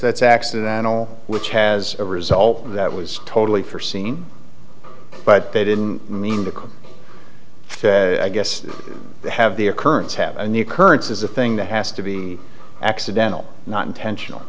that's accidental which has a result that was totally forseen but they didn't mean to cause i guess have the occurrence have a new currency is a thing that has to be accidental not intentional